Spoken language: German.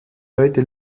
heute